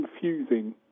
confusing